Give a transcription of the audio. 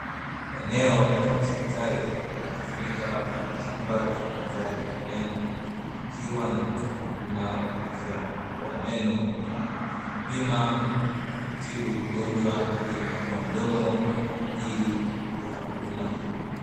Eneo katika hospitali linalotumika kama chumba Cha daktari wa meno, kikiwa na mtoa huduma wa afya wa meno akimpima na kumtibu mgonjwa aliyepanua mdomo kwa ajili ya huduma hiyo.